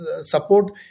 support